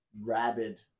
rabid